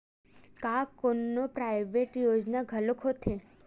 का कोनो प्राइवेट योजना घलोक होथे?